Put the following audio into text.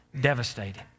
Devastated